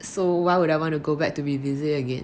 so why would I want to go back to revisit again